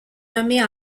nommée